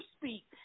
speak